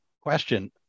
question